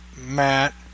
Matt